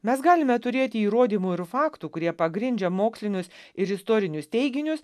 mes galime turėti įrodymų ir faktų kurie pagrindžia mokslinius ir istorinius teiginius